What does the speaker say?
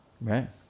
right